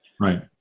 Right